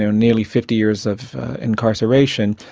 nearly fifty years of incarceration,